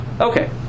Okay